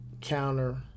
counter